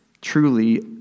truly